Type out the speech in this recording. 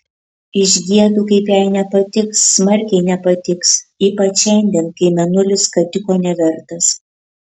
išgiedu kaip jai nepatiks smarkiai nepatiks ypač šiandien kai mėnulis skatiko nevertas